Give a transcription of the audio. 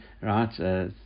Right